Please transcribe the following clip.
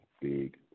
big